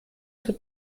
zur